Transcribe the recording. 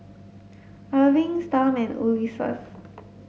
Erving Storm and Ulises